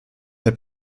herr